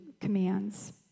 commands